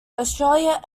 australia